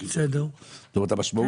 זאת אומרת המשמעות היא דרמטית.